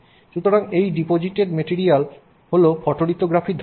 সুতরাং এই deposited material হল ফোটোলিথোগ্রাফির ধারণা